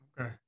Okay